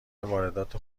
واردات